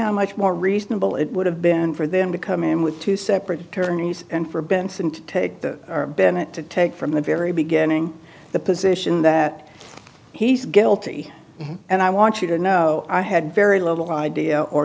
how much more reasonable it would have been for them to come in with two separate attorneys and for benson to take the bennett to take from the very beginning the position that he's guilty and i want you to know i had very little idea or